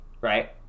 right